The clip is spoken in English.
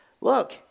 look